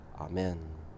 Amen